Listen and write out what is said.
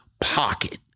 pocket